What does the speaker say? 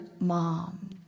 mom